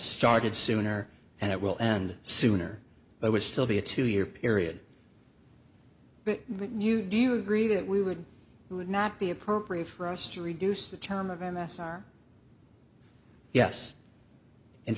started sooner and it will end sooner but would still be a two year period when you do you agree that we would not be appropriate for us to reduce the term of m s r yes in